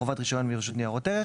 חובת רישיון מרשות ניירות ערך,